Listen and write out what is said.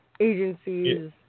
agencies